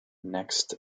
next